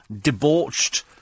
debauched